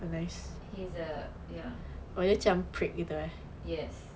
he's a ya yes